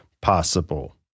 possible